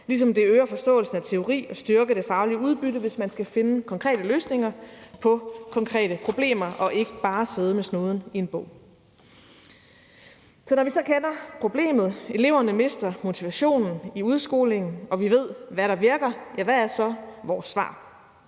ligesom det øger forståelsen af teori og styrker det faglige udbytte, hvis man skal finde konkrete løsninger på konkrete problemer og ikke bare sidde med snuden i en bog. Når vi så kender problemet, nemlig at eleverne mister motivationen i udskolingen, og vi ved, hvad der virker, hvad er så vores svar?